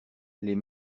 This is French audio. les